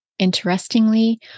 Interestingly